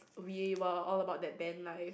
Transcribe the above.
we were all about that band life